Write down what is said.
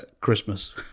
Christmas